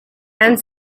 and